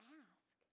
ask